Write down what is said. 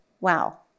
Wow